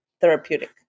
therapeutic